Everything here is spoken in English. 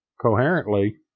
coherently